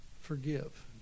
forgive